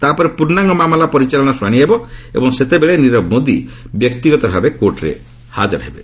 ତା'ପରେ ପୂର୍ଷାଙ୍ଗ ମାମଲା ପରିଚାଳନା ଶୁଣାଣି ହେବ ଏବଂ ସେତେବେଳେ ନିରବ ମୋଦି ବ୍ୟକ୍ତିଗତ ଭାବେ କୋର୍ଟରେ ହାଜର ହେବେ